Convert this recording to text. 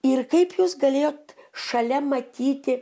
ir kaip jūs galėjot šalia matyti